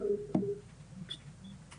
יש פה איזושהי תקלה.